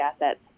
assets